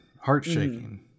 heart-shaking